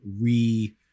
re